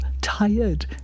tired